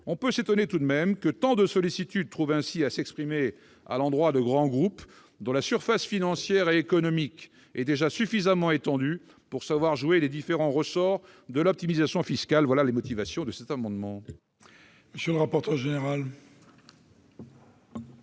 On peut s'étonner tout de même que tant de sollicitude trouve ainsi à s'exprimer à l'endroit de grands groupes dont la surface financière et économique est déjà suffisamment étendue pour savoir jouer des différents ressorts de l'optimisation fiscale. Quel est l'avis de la commission